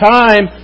time